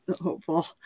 hopeful